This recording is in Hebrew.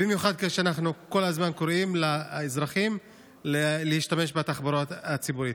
במיוחד כשאנחנו כל הזמן קוראים לאזרחים להשתמש בתחבורה הציבורית.